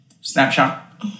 snapshot